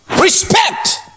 Respect